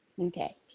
Okay